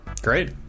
great